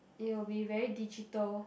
it will be very digital